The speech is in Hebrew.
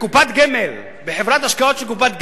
בקופת גמל, בחברת השקעות של קופת גמל,